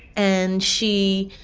and she